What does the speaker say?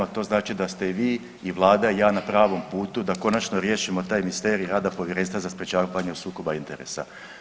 To znači da ste i vi i Vlada i ja na pravom putu da konačno riješimo taj misterij rada Povjerenstva za sprječavanje sukoba interesa.